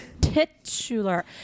titular